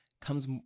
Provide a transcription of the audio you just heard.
comes